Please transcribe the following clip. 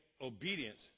obedience